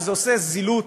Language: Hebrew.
שזה זילות,